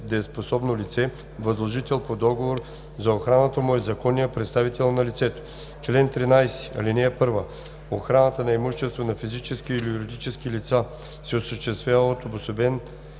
недееспособно лице, възложител по договор за охраната му е законният представител на лицето. Чл. 13. (1) Охраната на имущество на физически или юридически лица се осъществява от обособен